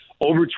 over